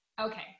Okay